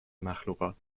مخلوقات